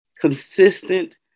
Consistent